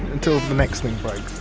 until the next thing breaks.